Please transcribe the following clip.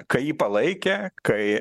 kai jį palaikė kai